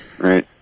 right